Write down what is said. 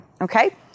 Okay